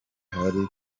hari